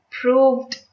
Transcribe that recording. proved